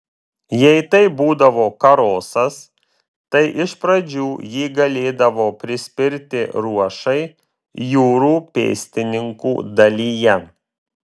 jei tai būdavo karosas tai iš pradžių jį galėdavo prispirti ruošai jūrų pėstininkų dalyje